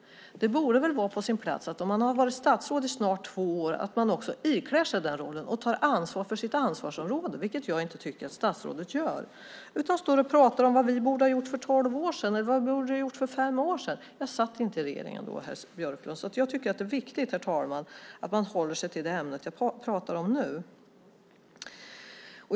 Om man har varit statsråd i snart två år borde det vara på sin plats att man också ikläder sig den rollen och tar ansvar för sitt ansvarsområde, vilket jag inte tycker att statsrådet gör. Han står och pratar om vad vi borde ha gjort för tolv år sedan eller för fem år sedan. Jag satt inte i regeringen då, herr Björklund. Jag tycker att det är viktigt, herr talman, att man håller sig till det ämne jag pratar om nu.